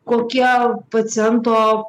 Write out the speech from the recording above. kokie paciento